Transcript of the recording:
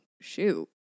shoot